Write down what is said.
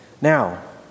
Now